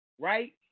right